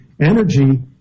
Energy